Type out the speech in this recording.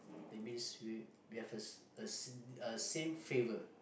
that means we we have a s~ a s~ a same favour